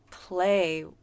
play